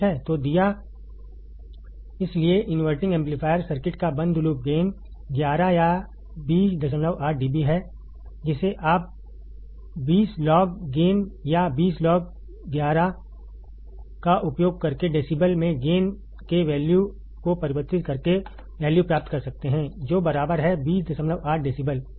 ठीक है तो दिया इसलिए इनवर्टिंग एम्पलीफायर सर्किट का बंद लूप गेन 11 या 208 DB है जिसे आप 20 लॉग गेन या 20 लॉग का उपयोग करके डेसीबल में गेन के वैल्यू को परिवर्तित करके वैल्यू प्राप्त कर सकते हैं जो बराबर है 208 डेसीबल